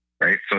Right